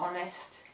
honest